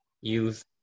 use